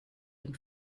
dem